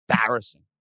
embarrassing